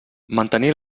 mantenir